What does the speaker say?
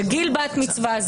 שזה גיל בת מצווה,